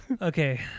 Okay